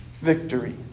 victory